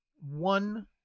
one